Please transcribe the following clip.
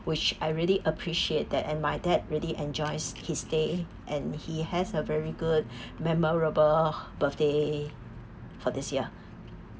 which I really appreciate that and my dad really enjoys his day and he has a very good memorable birthday for this year